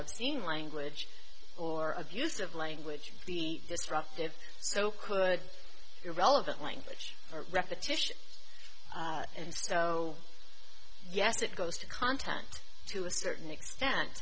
obscene language or abusive language be disruptive so could irrelevant language or repetition and so yes it goes to contact to a certain extent